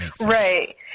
Right